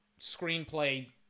screenplay